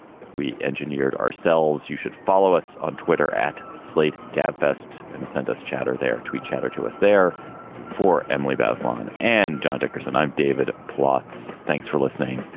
we engineered ourselves. you should follow us on twitter at slate gabfest and send us chatter there. tweet chatter to us there for emily bazelon and john dickerson i'm david plotz. thanks for listening.